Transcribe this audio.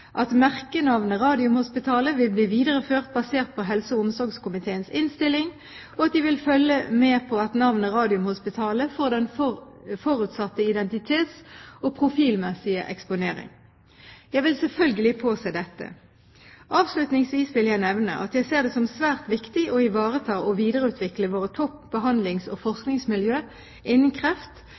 at merkenavnet Radiumhospitalet vil bli videreført basert på helse- og omsorgskomiteens innstilling, og at de ville følge med på at navnet Radiumhospitalet får den forutsatte identitets- og profilmessige eksponering.» Jeg vil selvfølgelig påse dette. Avslutningsvis vil jeg nevne at jeg ser det som svært viktig å ivareta og videreutvikle våre topp behandlings- og forskningsmiljøer innen kreft,